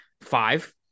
five